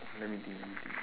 orh let me think let me think